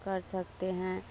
कर सकते हैं